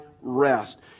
rest